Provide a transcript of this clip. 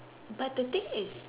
but the thing is